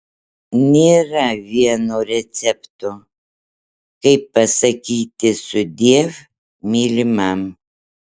nėra vieno recepto kaip pasakyti sudiev mylimam